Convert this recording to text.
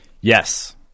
Yes